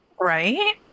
Right